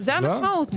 זו המשמעות.